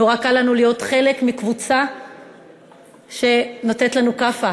נורא קל לנו להיות חלק מקבוצה שנותנת לנו כאפה,